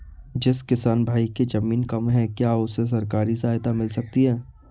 जिस किसान भाई के ज़मीन कम है क्या उसे सरकारी सहायता मिल सकती है?